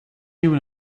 anyone